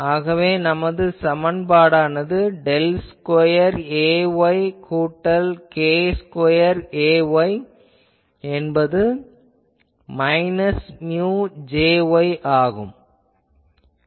ஆகவே நமது சமன்பாடானது டெல் ஸ்கொயர் Ay கூட்டல் k ஸ்கொயர் Ay என்பது மைனஸ் மியு Jy ஆகும்